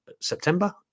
September